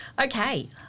Okay